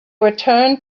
returned